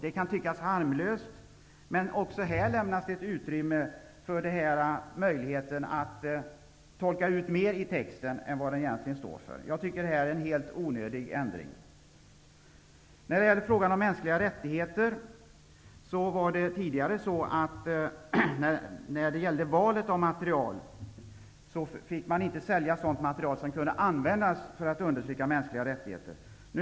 Det kan tyckas harmlöst, men även här lämnas utrymme för möjligheten att tolka ut mer av texten än vad den egentligen står för. Jag tycker att detta är en helt onödig ändring. Tidigare fick man inte sälja sådan materiel som kunde användas för att undertrycka de mänskliga rättigheterna.